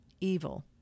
evil